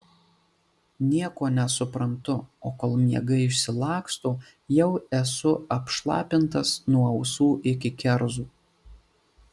nieko nesuprantu o kol miegai išsilaksto jau esu apšlapintas nuo ausų iki kerzų